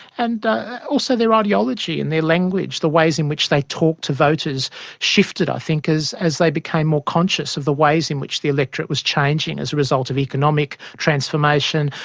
and also their ideology and their language, the ways in which they talked to voters shifted, i think, as as they became more conscious of the ways in which the electorate was changing as a result of economic transformation,